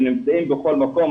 הם נמצאים בכל מקום,